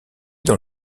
dans